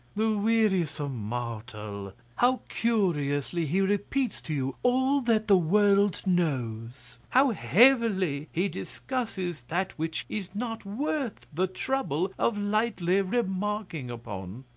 the wearisome mortal! how curiously he repeats to you all that the world knows! how heavily he discusses that which is not worth the trouble of lightly remarking upon!